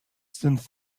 since